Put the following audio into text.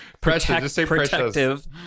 protective